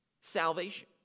salvation